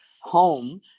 home